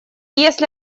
если